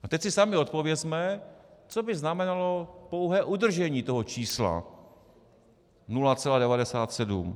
A teď si sami odpovězme, co by znamenalo pouhé udržení toho čísla 0,97.